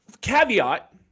Caveat